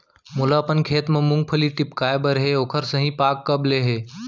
मोला अपन खेत म मूंगफली टिपकाय बर हे ओखर सही पाग कब ले हे?